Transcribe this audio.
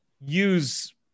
use